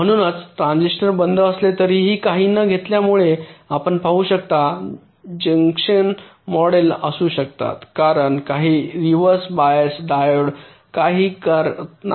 म्हणूनच ट्रान्झिस्टर बंद असले तरीही काही न घेतल्यामुळे आपण पाहू शकता जंकेशन्स मॉडेल असू शकतात कारण काही रिव्हर्स बायस डायोड काही करत नाही